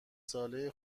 ساله